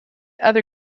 other